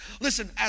Listen